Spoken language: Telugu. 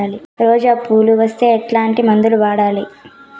రోజా పువ్వులు వస్తే ఎట్లాంటి మందులు వాడాలి?